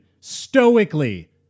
stoically